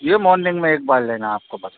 यह मॉर्निंग में एक बार लेना आपको बस